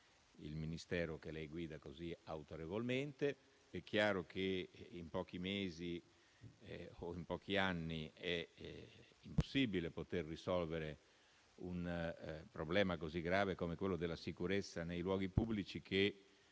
il Ministero che lei così autorevolmente guida. È chiaro che in pochi mesi o in pochi anni è impossibile risolvere un problema così grave come quello della sicurezza nei luoghi pubblici che